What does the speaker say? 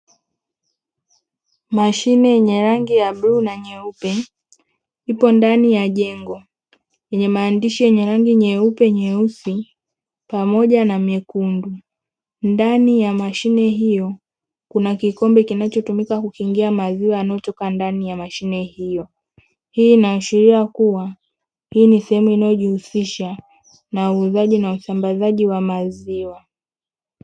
Mashine yenye rangi ya bluu na nyeupe; ipo ndani ya jengo lenye maandishi yenye rangi nyeupe, nyeusi pamoja na nyekundu. Ndani ya mashine hiyo, kuna kikombe kinachotumika kukingia maziwa yanayotoka ndani ya mashine hiyo. Hii inaashiria kuwa, hii ni sehemu inayo jihusisha na uuzaji na usambazaji wa maziwa.